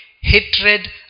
hatred